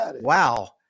Wow